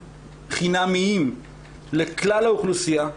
הם חינמיים לכלל האוכלוסייה.